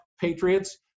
patriots